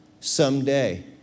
someday